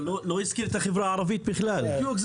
אבל צריך להזכיר עוד מקומות.